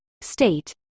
State